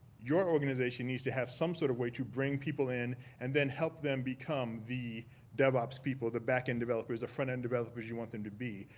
your organization needs to have some sort of way to bring people in and then help them become the the dev ops people, the back end developers, the front end developers you want them to be,